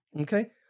Okay